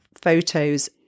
photos